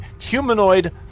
humanoid